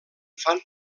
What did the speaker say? fan